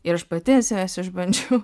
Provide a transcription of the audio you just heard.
ir aš pati ant savęs išbandžiau